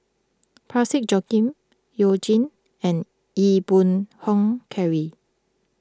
Parsick Joaquim You Jin and Ee Boon Kong Henry